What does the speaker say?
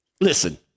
Listen